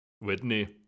Whitney